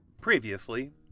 Previously